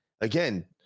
Again